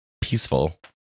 peaceful